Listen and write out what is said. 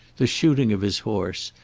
the shooting of his horse,